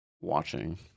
watching